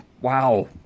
wow